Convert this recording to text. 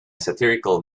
satirical